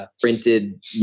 printed